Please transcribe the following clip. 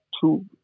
two